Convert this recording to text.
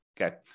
okay